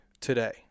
today